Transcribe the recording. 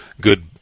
good